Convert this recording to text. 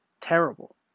terrible